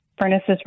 furnaces